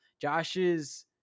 Josh's